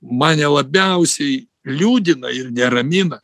mane labiausiai liūdina ir neramina